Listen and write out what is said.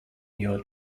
your